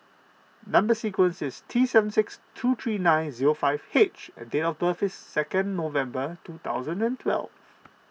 Number Sequence is T seven six two three nine zero five H and date of birth is second November two thousand and twelve